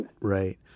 Right